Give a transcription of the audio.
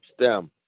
STEM